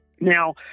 Now